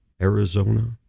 Arizona